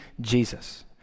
Jesus